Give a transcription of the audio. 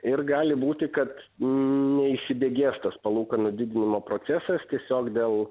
ir gali būti kad neįsibėgės tas palūkanų didinimo procesas tiesiog dėl